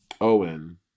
Owen